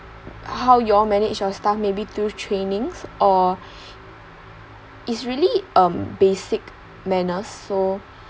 how y'all manage your staff maybe through trainings or it's really um basic manners so